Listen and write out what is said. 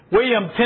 William